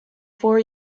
for